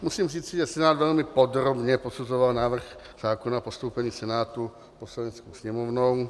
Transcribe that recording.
Musím říci, že Senát velmi podrobně posuzoval návrh zákona postoupený Senátu Poslaneckou sněmovnou.